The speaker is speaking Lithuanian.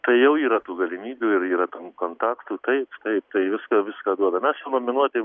tai jau yra tų galimybių ir yra ten kontaktų taip taip tai viską viską duoda mes jau nominuoti